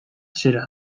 zera